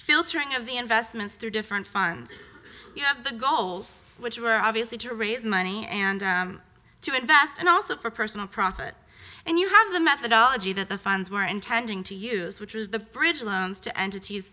filtering of the investments through different funds you have the goals which were obviously to raise money and to invest and also for personal profit and you have the methodology that the funds were intending to use which was the bridge loans to entit